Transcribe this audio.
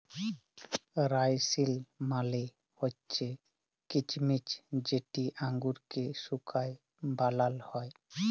রাইসিল মালে হছে কিছমিছ যেট আঙুরকে শুঁকায় বালাল হ্যয়